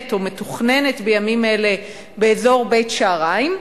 או מתוכננת בימים אלה באזור בית-שעריים,